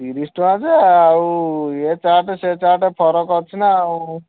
ତିରିଶ ଟଙ୍କା ଯେ ଆଉ ଏ ଚାଟ୍ ସେ ଚାଟ୍ ଫରକ ଅଛି ନାଁ ଆଉ